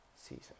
season